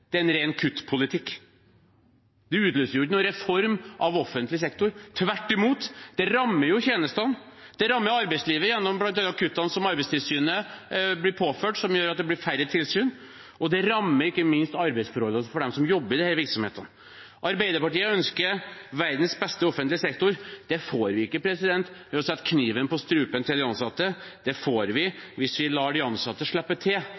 reform; det er ren kuttpolitikk. Det utløser ingen reform av offentlig sektor. Tvert imot: Det rammer tjenestene, det rammer arbeidslivet – gjennom bl.a. kuttene som Arbeidstilsynet blir påført, som gjør at det blir færre tilsyn – og det rammer ikke minst arbeidsforholdene for dem som jobber i disse virksomhetene. Arbeiderpartiet ønsker verdens beste offentlige sektor. Det får vi ikke ved å sette kniven mot strupen til de ansatte. Det får vi hvis vi lar de ansatte slippe til